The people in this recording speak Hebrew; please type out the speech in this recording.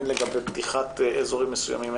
הן לגבי פתיחת אזורים מסוימים,